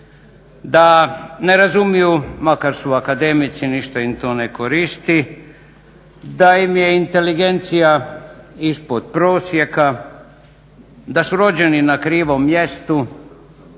da ne razumiju makar su akademici, ništa im to ne koristi, da im je inteligencija ispod prosjeka, na su rođeni na krivom mjestu